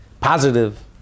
positive